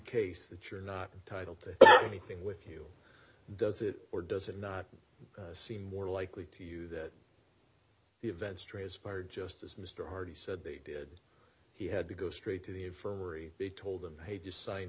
case that you're not entitle to anything with you does it or does it not seem more likely to you that the events transpired just as mr hardy said they did he had to go straight to the infirmary they told him hey just sign